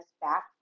back